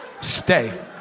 Stay